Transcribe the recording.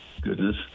goodness